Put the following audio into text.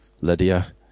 Lydia